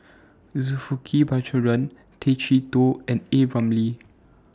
Zulkifli Baharudin Tay Chee Toh and A Ramli